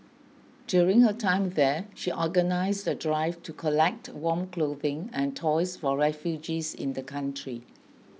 during her time there she organized the drive to collect warm clothing and toys for refugees in the country